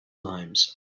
limes